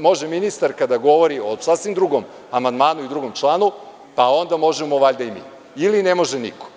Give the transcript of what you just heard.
može ministarka da govori o sasvim drugom amandmanu i drugom članu, pa onda možemo valjda i mi ili ne može niko.